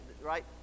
right